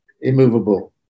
immovable